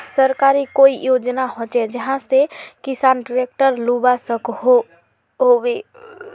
सरकारी कोई योजना होचे जहा से किसान ट्रैक्टर लुबा सकोहो होबे?